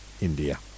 India